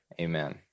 Amen